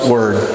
Word